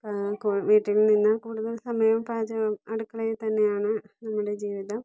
കൂ വീട്ടിൽ നിന്ന് കൂടുതൽ സമയവും പാചകം അടുക്കളയിൽ തന്നെയാണ് നമ്മുടെ ജീവിതം